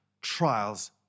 trials